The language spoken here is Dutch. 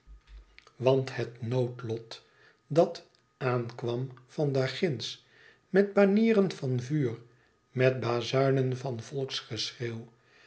want het noodlot dat aankwam van daarginds met banieren van vuur met bazuinen van